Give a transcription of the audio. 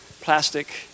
plastic